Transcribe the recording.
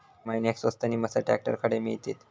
या महिन्याक स्वस्त नी मस्त ट्रॅक्टर खडे मिळतीत?